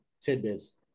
tidbits